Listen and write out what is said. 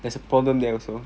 there's a problem there also